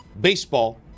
baseball